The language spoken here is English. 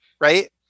Right